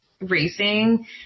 racing